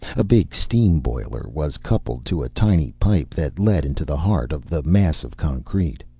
a big steam-boiler was coupled to a tiny pipe that led into the heart of the mass of concrete.